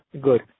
good